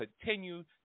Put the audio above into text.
continue